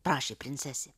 prašė princesė